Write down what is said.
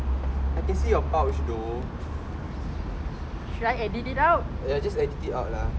I can see your pouch !duh! ya just edit it out lah